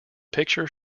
picture